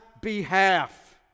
behalf